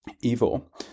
evil